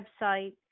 website